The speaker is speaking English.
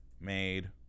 made